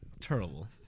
terrible